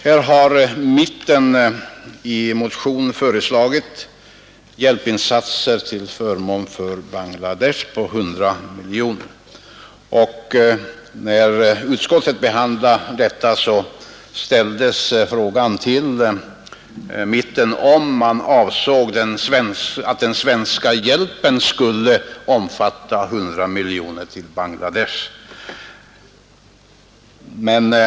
Här har mitten i en motion föreslagit hjälpinsatser på 100 miljoner kronor till förmån för Bangladesh. När utskottet behandlade motionen tillfrågades representanterna för mittenpartierna om man avsåg att den svenska hjälpen till Bangladesh skulle uppgå till 100 miljoner kronor.